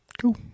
Cool